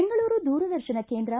ಬೆಂಗಳೂರು ದೂರದರ್ಶನ ಕೇಂದ್ರ